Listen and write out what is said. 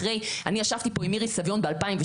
אני ישבתי פה עם איריס סביון ב-2017